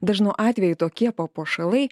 dažnu atveju tokie papuošalai